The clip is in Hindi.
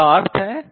इसका अर्थ है